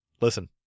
Listen